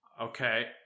Okay